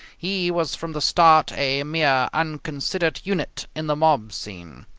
he was from the start a mere unconsidered unit in the mob scene.